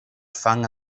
fang